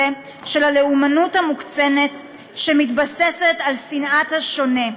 של הלאומנות המוקצנת שמתבססת על שנאת השונה.